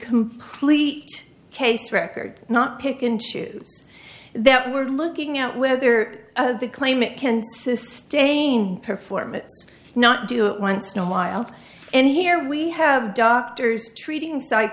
complete case record not pick and choose that we're looking at whether the claimant can sustain performance not do it once in a while and here we have doctors treating